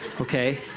Okay